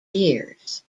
years